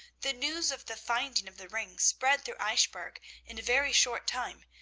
the news of the finding of the ring spread through eichbourg in a very short time,